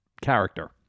character